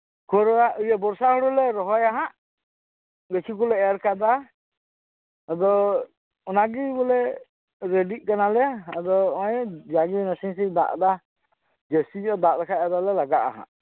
ᱠᱷᱳᱨᱩᱣᱟᱜ ᱤᱭᱟᱹ ᱵᱚᱨᱥᱟ ᱦᱩᱲᱩᱞᱮ ᱨᱚᱦᱚᱭᱟ ᱦᱟᱸᱜ ᱜᱟᱪᱷᱤ ᱠᱚᱞᱮ ᱮᱨ ᱠᱟᱫᱟ ᱟᱫᱚ ᱚᱱᱟᱜᱮ ᱵᱚᱞᱮ ᱨᱮᱰᱤᱜ ᱠᱟᱱᱟ ᱞᱮ ᱟᱫᱚ ᱱᱚᱜ ᱚᱭ ᱡᱟᱜᱮ ᱱᱟᱥᱮ ᱱᱟᱥᱮ ᱫᱟᱜ ᱫᱟ ᱡᱟᱥᱛᱤ ᱧᱚᱜ ᱫᱟᱜ ᱞᱮᱠᱷᱟᱡ ᱟᱫᱚ ᱞᱮ ᱞᱟᱜᱟᱜᱼᱟ